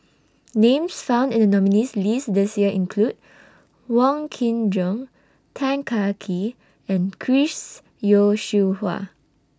Names found in The nominees' list This Year include Wong Kin Jong Tan Kah Kee and Chris Yeo Siew Hua